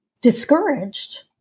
discouraged